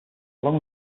along